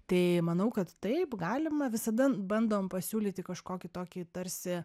tai manau kad taip galima visada bandom pasiūlyti kažkokį tokį tarsi